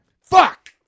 Fuck